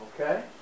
Okay